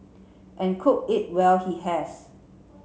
and cook it well he has